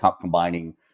combining